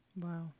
wow